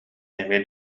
эмиэ